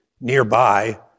nearby